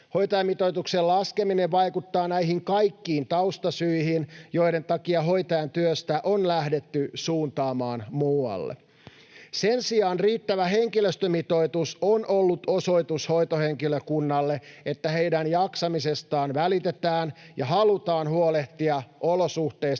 Hoitajamitoituksen laskeminen vaikuttaa näihin kaikkiin taustasyihin, joiden takia hoitajan työstä on lähdetty suuntaamaan muualle. Sen sijaan riittävä henkilöstömitoitus on ollut osoitus hoitohenkilökunnalle, että heidän jaksamisestaan välitetään ja halutaan huolehtia olosuhteista